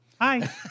hi